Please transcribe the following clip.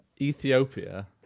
Ethiopia